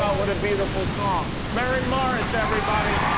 um what a beautiful song. marin morris, everybody.